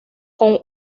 con